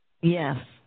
Yes